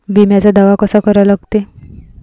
बिम्याचा दावा कसा करा लागते?